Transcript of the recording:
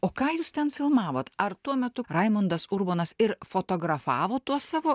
o ką jūs ten filmavot ar tuo metu raimundas urbonas ir fotografavo tuos savo